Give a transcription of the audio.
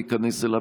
להיכנס אליו.